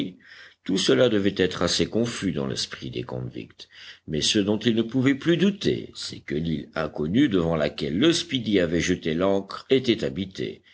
tout cela devait être assez confus dans l'esprit des convicts mais ce dont ils ne pouvaient plus douter c'est que l'île inconnue devant laquelle le speedy avait jeté l'ancre était habitée